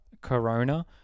corona